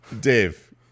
Dave